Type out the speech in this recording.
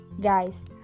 Guys